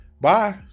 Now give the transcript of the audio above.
bye